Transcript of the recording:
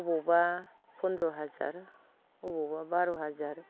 अबावबा पन्द्र हाजार अबावबा बार' हाजार